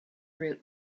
route